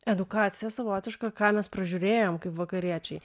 edukacija savotiška ką mes pražiūrėjom kaip vakariečiai